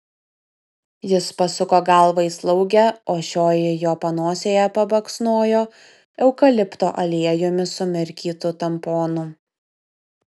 jis pasuko galvą į slaugę o šioji jo panosėje pabaksnojo eukalipto aliejumi sumirkytu tamponu